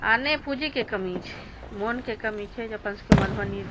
आओर नहि पूँजीके कमी छै मोनके कमी छै जे अपन सबके मधुबनी